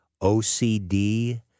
OCD